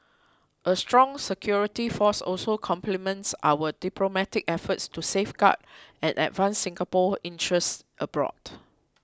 a strong security force also complements our diplomatic efforts to safeguard and advance Singapore's interests abroad